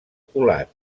colat